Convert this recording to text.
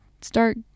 start